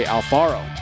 Alfaro